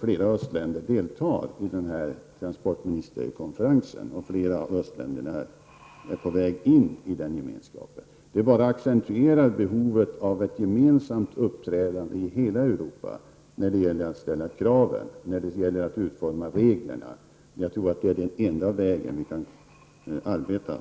Flera östländer deltar också i den s.k. transportministerkonferansen, och flera andra östländer är på väg in i den gemenskapen. Det accentuerar behovet av ett gemensamt uppträdande i hela Europa när det gäller att ställa krav och utforma regler. Jag tror att det är det enda sätt på vilket vi kan arbeta